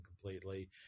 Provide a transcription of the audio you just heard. completely